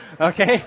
Okay